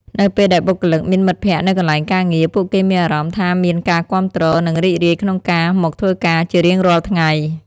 នៅពេលដែលបុគ្គលិកមានមិត្តភក្តិនៅកន្លែងការងារ ពួកគេមានអារម្មណ៍ថាមានការគាំទ្រ និងរីករាយក្នុងការមកធ្វើការជារៀងរាល់ថ្ងៃ។